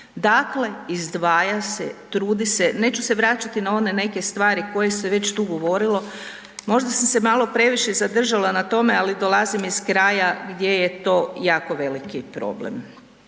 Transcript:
Dakle, izdvaja se, trudi se, neću se vraćati na one neke stvari koje se već tu govorilo, možda sam se malo previše zadržala na tome, ali dolazim iz kraja gdje je to jako veliki problem.